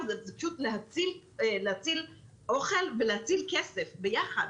זה פשוט להציל אוכל ולהציל כסף ביחד.